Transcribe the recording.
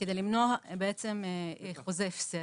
כדי למנוע חוזה הפסד.